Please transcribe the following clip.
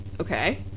okay